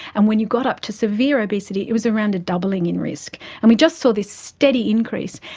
and when you got up to severe obesity it was around a doubling in risk. and we just saw this steady increase.